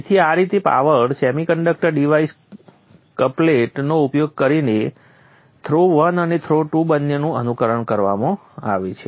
તેથી આ રીતે આ પાવર સેમીકન્ડક્ટર ડિવાઇસ કપલેટ નો ઉપયોગ કરીને થ્રો 1 અને થ્રો 2 બંનેનું અનુકરણ કરવામાં આવે છે